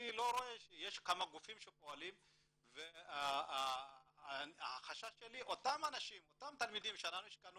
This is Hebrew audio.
אני לא רואה שיש כמה גופים שפועלים והחשש שלי שאותם תלמידים שהשקענו